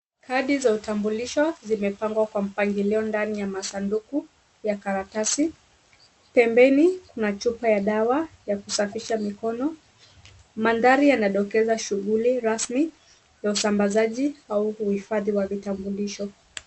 Kadi za utambulisho zimepangwa kwa mpangilio ndani ya masanduku ya karatasi. Pembeni mna chupa ya dawa ya kusafisha mikono. Mandhari yanadokeza shughuli ya usambazaji au uhifadhi wa vitambulisho.